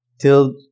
till